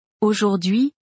Aujourd'hui